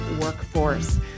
workforce